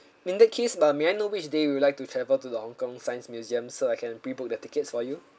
in that case but may I know which day would you like to travel to the Hong-Kong science museum so I can pre book that tickets for you